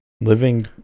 Living